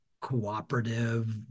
cooperative